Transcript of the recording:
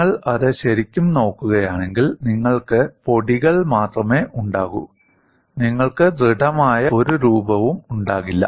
നിങ്ങൾ അത് ശരിക്കും നോക്കുകയാണെങ്കിൽ നിങ്ങൾക്ക് പൊടികൾ മാത്രമേ ഉണ്ടാകൂ നിങ്ങൾക്ക് ദൃഢമായ ഒരു രൂപവും ഉണ്ടാകില്ല